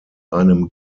einem